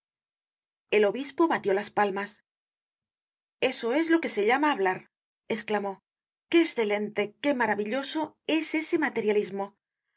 el obispo batió las palmas eso es lo que se llama hablar esclamó qué escelente qué maravilloso es ese materialismo